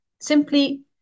Simply